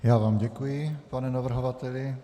Já vám děkuji, pane navrhovateli.